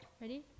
Ready